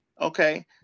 Okay